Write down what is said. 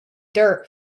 dirt